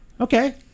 okay